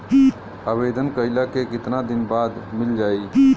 आवेदन कइला के कितना दिन बाद मिल जाई?